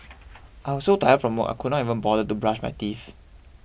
I was so tired from work I could not even bother to brush my teeth